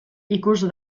ikus